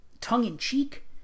tongue-in-cheek